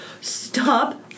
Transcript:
Stop